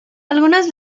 algunas